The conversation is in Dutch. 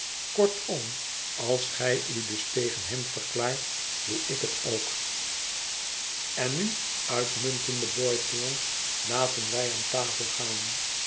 kortom als gij u dus tegen hem verklaart doe ik het ook en nu uitmuntende boythorn laten wij aan tafel gaan